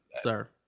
sir